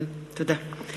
תודה.